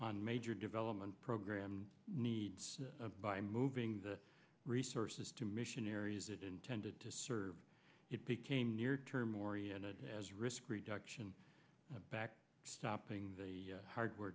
on major development program needs by moving the resources to missionaries it intended to serve it became near term oriented as risk reduction back stopping the hardware